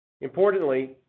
Importantly